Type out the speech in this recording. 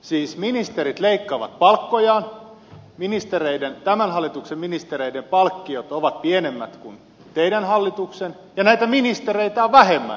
siis ministerit leikkaavat palkkojaan tämän hallituksen ministereiden palkkiot ovat pienemmät kuin teidän hallituksenne ja näitä ministereitä on vähemmän kuin teidän hallituksessanne